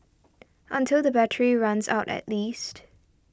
until the battery runs out at least